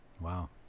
Wow